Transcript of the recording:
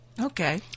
Okay